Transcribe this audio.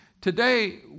Today